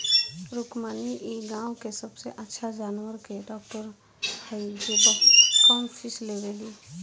रुक्मिणी इ गाँव के सबसे अच्छा जानवर के डॉक्टर हई जे बहुत कम फीस लेवेली